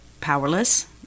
powerless